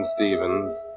Stevens